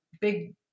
big